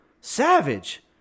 savage